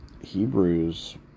Hebrews